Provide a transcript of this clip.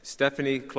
Stephanie